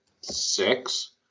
six